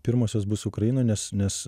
pirmosios bus ukrainoj nes nes